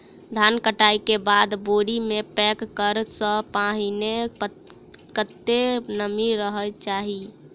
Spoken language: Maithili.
धान कटाई केँ बाद बोरी मे पैक करऽ सँ पहिने कत्ते नमी रहक चाहि?